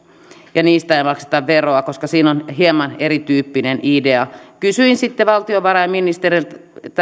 ja niistä ei makseta veroja koska siinä on hieman erityyppinen idea kysyin sitten valtiovarainministeriltä